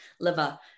liver